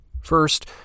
First